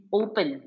open